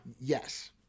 yes